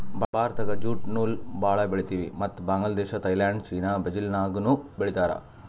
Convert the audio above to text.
ಭಾರತ್ದಾಗ್ ಜ್ಯೂಟ್ ನೂಲ್ ಭಾಳ್ ಬೆಳಿತೀವಿ ಮತ್ತ್ ಬಾಂಗ್ಲಾದೇಶ್ ಥೈಲ್ಯಾಂಡ್ ಚೀನಾ ಬ್ರೆಜಿಲ್ದಾಗನೂ ಬೆಳೀತಾರ್